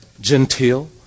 genteel